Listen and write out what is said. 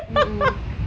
mm